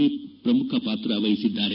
V ಪ್ರಮುಖ ಪಾತ್ರ ವಹಿಸಿದ್ದಾರೆ